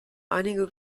einige